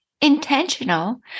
intentional